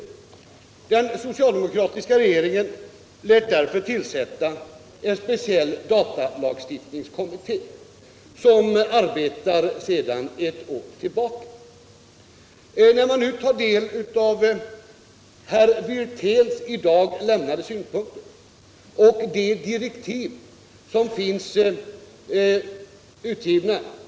Den socialdemokratiska regeringen lät därför tillsätta en speciell datalagstiftningskommitté, som arbetar sedan ett år tillbaka. Vi har alltså en datalagstiftningskommitté med en parlamentariskt riktig sammansättning.